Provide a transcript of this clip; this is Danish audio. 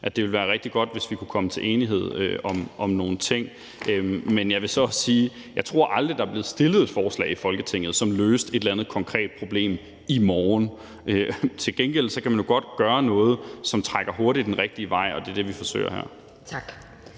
at det ville være rigtig godt, hvis vi kunne komme til enighed om nogle ting. Men jeg vil så også sige, at jeg tror aldrig, der er blevet stillet et forslag i Folketinget, som løste et eller andet konkret problem »i morgen«. Til gengæld kan man jo godt gøre noget, som trækker hurtigt den rigtige vej, og det er det, vi forsøger her. Kl.